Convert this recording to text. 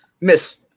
Miss